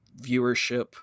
viewership